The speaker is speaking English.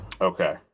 Okay